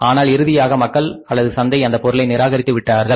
ஆனால் இறுதியாக மக்கள் அல்லது சந்தை அந்தப் பொருளை நிராகரித்துவிட்டார்கள்